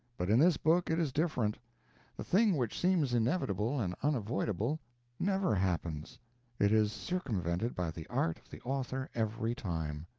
but in this book it is different the thing which seems inevitable and unavoidable never happens it is circumvented by the art of the author every time.